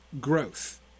growth